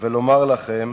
ולומר לכן: